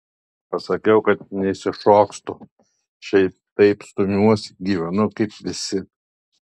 pasakiau kad neišsišokstu šiaip taip stumiuosi gyvenu kaip visi